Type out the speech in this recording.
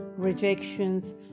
rejections